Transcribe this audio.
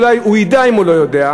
אולי הוא ידע אם הוא לא יודע,